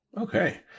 Okay